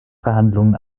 verhandlungen